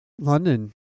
London